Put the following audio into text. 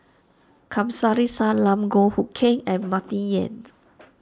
Kamsari Salam Goh Hood Keng and Martin Yan